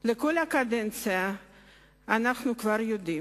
לכל הקדנציה אנחנו כבר יודעים,